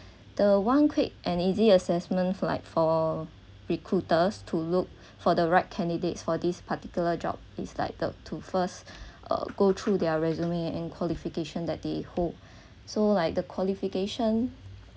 the one quick and easy assessment for like for recruiters to look for the right candidates for this particular job it's like the to first uh go through their resume and qualification that they hope so like the qualification